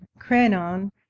Cranon